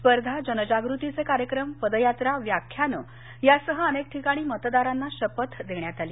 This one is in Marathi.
स्पर्धा जनजागृतीचे कार्यक्रम पदयात्रा व्याख्यानं यासह अनेक ठिकाणी मतदारांना शपथ देण्यात आली